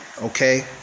Okay